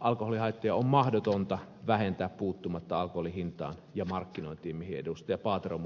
alkoholihaittoja on mahdotonta vähentää puuttumatta alkoholin hintaan ja markkinointiin mihin muun muassa ed